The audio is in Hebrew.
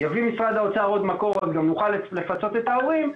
יביא משרד האוצר עוד מקור אז גם נוכל לפצות את ההורים.